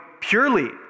purely